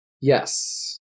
Yes